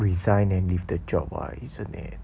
resign and leave the job [what] isn't it